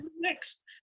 next